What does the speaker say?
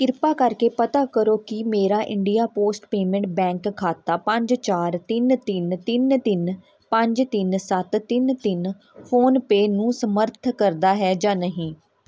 ਕਿਰਪਾ ਕਰਕੇ ਪਤਾ ਕਰੋ ਕਿ ਮੇਰਾ ਇੰਡੀਆ ਪੋਸਟ ਪੇਮੈਂਟ ਬੈਂਕ ਖਾਤਾ ਪੰਜ ਚਾਰ ਤਿੰਨ ਤਿੰਨ ਤਿੰਨ ਤਿੰਨ ਪੰਜ ਤਿੰਨ ਸੱਤ ਤਿੰਨ ਤਿੰਨ ਫੋਨਪੇਅ ਨੂੰ ਸਮਰੱਥ ਕਰਦਾ ਹੈ ਜਾਂ ਨਹੀਂ